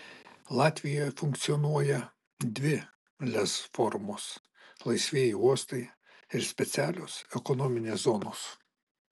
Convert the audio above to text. latvijoje funkcionuoja dvi lez formos laisvieji uostai ir specialios ekonominės zonos